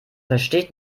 versteht